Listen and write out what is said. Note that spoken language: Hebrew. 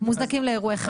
מוזנקים לאירועי חירום.